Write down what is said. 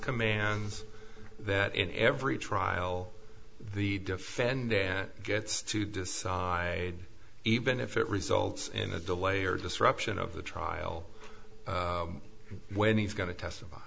commands that in every trial the defend then gets to decide even if it results in a delay or disruption of the trial when he's going to testify